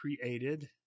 created